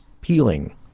peeling